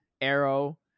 Arrow